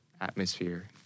atmosphere